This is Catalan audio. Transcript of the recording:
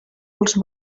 els